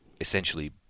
essentially